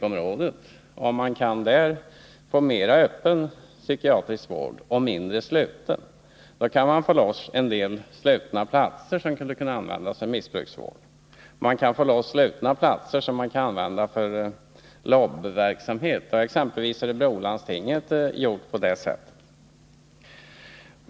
Om man där kan få mera av öppen psykiatrisk vård och mindre av sluten vård, kan man få loss en del platser inom den slutna vården som kunde användas för missbruksvård. Platser inom den slutna vården kan då också användas för LOB-verksamhet. Exempelvis Örebro läns landsting har gjort på det viset.